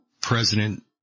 President